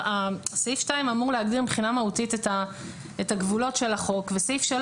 סעיף 2 אמור להבהיר מבחינה מהותית את הגבולות של החוק וסעיף 3